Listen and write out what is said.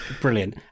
brilliant